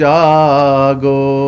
Jago